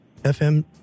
FM